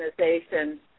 organization